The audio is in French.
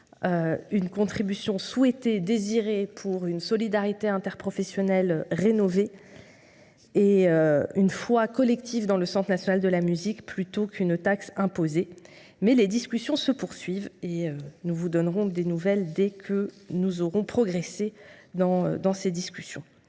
une contribution souhaitée, désirée, pour une solidarité interprofessionnelle rénovée et une foi collective dans le Centre national de la musique plutôt qu’une taxe imposée. Les discussions se poursuivent, et nous vous en donnerons des nouvelles dès que nous aurons progressé. Je voudrais